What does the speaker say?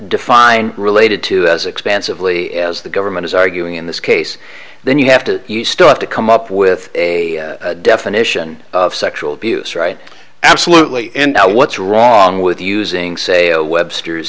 define related to as expansively as the government is arguing in this case then you have to start to come up with a definition of sexual abuse right absolutely and what's wrong with using say a webster's